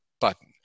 button